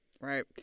Right